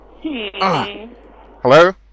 Hello